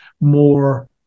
more